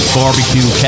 barbecue